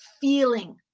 feeling